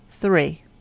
three